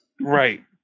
right